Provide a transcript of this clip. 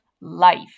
life